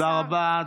תודה רבה.